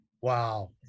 Wow